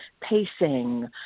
pacing